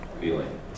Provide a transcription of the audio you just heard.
feeling